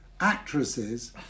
actresses